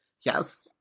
Yes